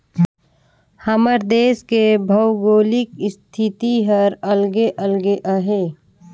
हमर देस के भउगोलिक इस्थिति हर अलगे अलगे अहे